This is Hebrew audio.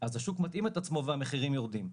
אז השוק מתאים את עצמו והמחירים יורדים,